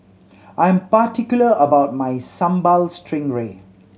I am particular about my Sambal Stingray